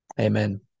Amen